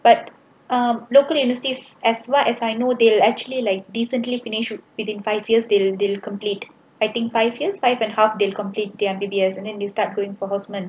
but a local university as what as I know they'll actually like decently finished it within five years they'll will complete I think five years five and half they will complete their M_B_B_S and then they start going for houseman